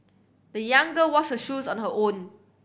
the young girl washed her shoes on her own